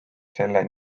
selle